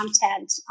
content